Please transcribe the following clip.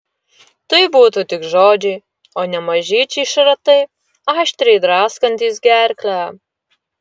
tai būtų tik žodžiai o ne mažyčiai šratai aštriai draskantys gerklę